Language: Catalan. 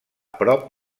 prop